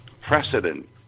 precedent